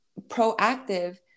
proactive